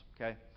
okay